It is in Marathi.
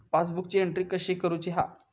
पासबुकाची एन्ट्री कशी मारुची हा?